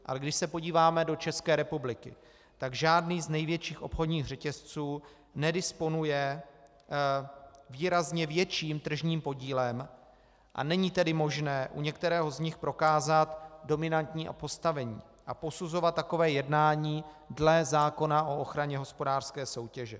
A když se podíváme do České republiky, tak žádný z největších obchodních řetězců nedisponuje výrazně větším tržním podílem, a není tedy možné u některého z nich prokázat dominantní postavení a posuzovat takové jednání dle zákona o ochraně hospodářské soutěže.